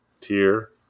tier